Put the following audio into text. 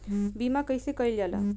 बीमा कइसे कइल जाला?